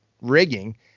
rigging